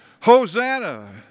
Hosanna